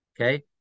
okay